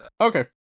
Okay